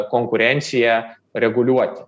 konkurenciją reguliuoti